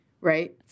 Right